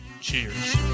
cheers